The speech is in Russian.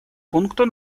пункту